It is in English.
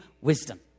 wisdom